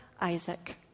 Isaac